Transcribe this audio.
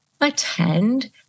attend